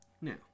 Now